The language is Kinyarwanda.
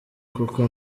kuko